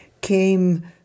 came